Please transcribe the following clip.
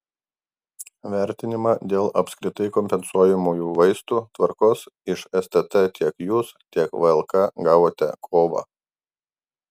vertinimą dėl apskritai kompensuojamųjų vaistų tvarkos iš stt tiek jūs tiek vlk gavote kovą